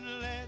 let